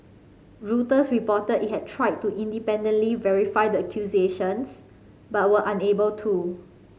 Reuters reported it had tried to independently verify the accusations but were unable to